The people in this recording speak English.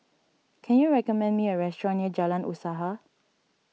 can you recommend me a restaurant near Jalan Usaha